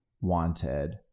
wanted